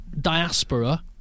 diaspora